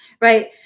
right